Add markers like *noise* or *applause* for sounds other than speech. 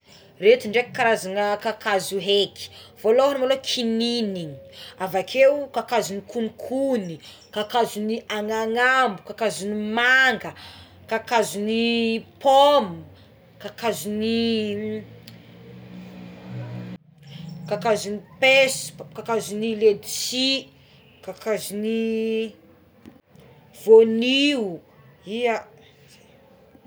Ireto ndray karazana kakazo eky volohagny maloha kinigny, avakeo kakazon'ny konikony, kakazon'ny ananambo, kakazon'ny manga, kakazon'ny pomme, kakazon'ny *hesitation* ny kakazon'ny paiso, kakazon'ny ledsy, kakazon'ny voanio ia.